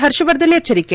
ಹರ್ಷವರ್ಧನ್ ಎಚ್ಚರಿಕೆ